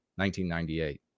1998